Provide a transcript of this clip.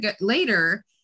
later